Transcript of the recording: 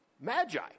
Magi